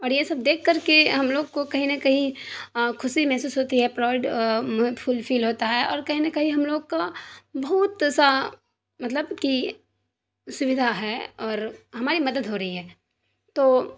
اور یہ سب دیکھ کر کے ہم لوگ کو کہیں نہ کہیں خوشی محسوس ہوتی ہے پرائڈ فل فیل ہوتا ہے اور کہیں نہ کہیں ہم لوگ کا بہت سا مطلب کہ سویدھا ہے اور ہماری مدد ہو رہی ہے تو